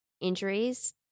injuries